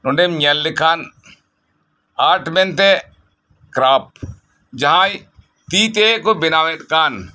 ᱚᱸᱰᱮᱢ ᱧᱮᱞ ᱞᱮᱠᱷᱟᱱ ᱟᱨᱴ ᱢᱮᱱᱛᱮ ᱠᱨᱟᱯ ᱡᱟᱦᱟᱸᱭ ᱛᱤ ᱛᱮᱠᱚ ᱵᱮᱱᱟᱣᱮᱫ ᱠᱟᱱ